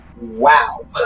Wow